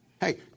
Hey